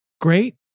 great